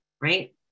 right